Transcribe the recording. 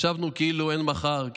ישבנו כאילו אין מחר,